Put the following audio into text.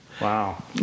Wow